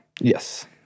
Yes